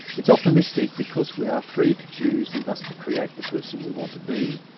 it's optimistic because we are free to choose and thus to create the person we want to be.